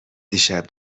دیشب